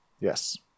Yes